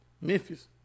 Memphis